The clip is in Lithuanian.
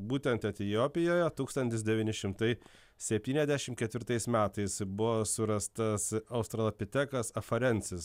būtent etiopijoje tūkstantis devyni šimtai septyniasdešimt ketvirtais metais buvo surastas australopitekas afarensis